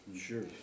Sure